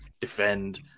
defend